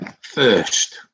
first